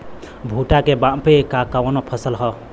भूट्टा के मापे ला कवन फसल ह?